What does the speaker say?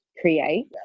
create